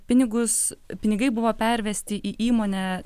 pinigus pinigai buvo pervesti į įmonę